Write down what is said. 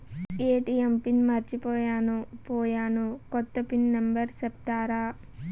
ATM pin మర్చిపోయాను పోయాను, కొత్త పిన్ నెంబర్ సెప్తారా?